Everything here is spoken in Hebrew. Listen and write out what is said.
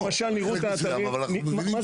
לא, אני אסביר.